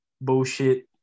bullshit